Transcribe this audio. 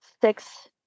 six